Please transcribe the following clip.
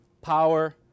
power